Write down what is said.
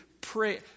pray